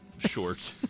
short